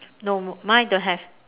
no mine don't have